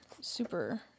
super